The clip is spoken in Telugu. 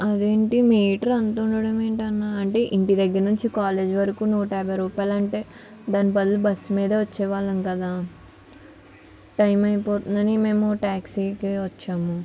అదేంటి మీటర్ అంత ఉండటం ఏంటి అన్న అంటే ఇంటి దగ్గర నుంచి కాలేజ్ వరకు నూట యాభై రూపాయలు అంటే దాని బదులు బస్సు మీద వచ్చేవాళ్ళం కదా టైం అయిపోతుందని మేము ట్యాక్సీకి వచ్చాము